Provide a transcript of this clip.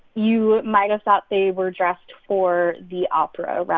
you might've thought they were dressed for the opera. rather